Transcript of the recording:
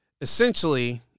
essentially